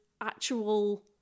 actual